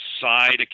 side